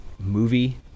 movie